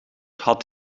had